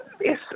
Yes